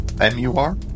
M-U-R